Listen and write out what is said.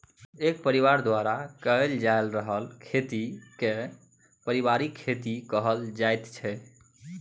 एक परिबार द्वारा कएल जा रहल खेती केँ परिबारिक खेती कहल जाइत छै